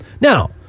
Now